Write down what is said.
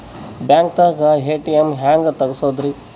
ಬ್ಯಾಂಕ್ದಾಗ ಎ.ಟಿ.ಎಂ ಹೆಂಗ್ ತಗಸದ್ರಿ?